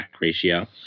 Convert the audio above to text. ratio